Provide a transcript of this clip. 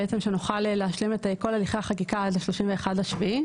שנוכל להשלים את כל הליכי החקיקה עד ה-31 ביולי.